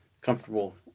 comfortable